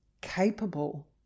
capable